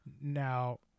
now